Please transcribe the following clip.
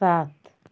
सात